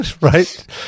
right